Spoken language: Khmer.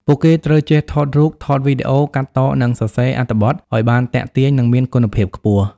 ពួកគេត្រូវចេះថតរូប ថតវីដេអូ កាត់ត និងសរសេរអត្ថបទឱ្យបានទាក់ទាញ និងមានគុណភាពខ្ពស់។